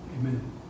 Amen